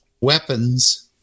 weapons